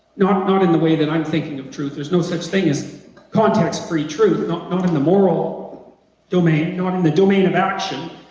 not not in the way that i'm thinking of truth there's no such thing as context-free truth not not in the moral domain not in the domain of action